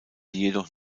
jedoch